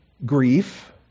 Grief